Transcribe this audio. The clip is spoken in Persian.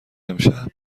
امشب